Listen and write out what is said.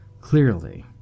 clearly